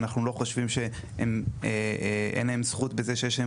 אנחנו לא חושבים שאין להם זכות בזה שיש להם